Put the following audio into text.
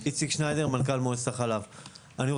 זה לא